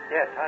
Yes